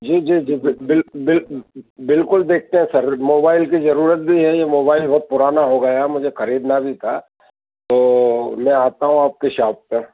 जी जी जी बिल बिल बिल्कुल देखते हैं सर मोबाइल की ज़रूरत भी है यह मोबाइल बहुत पुराना हो गया है मुझे खरीदना भी था तो मैं आता हूँ आपकी शॉप पर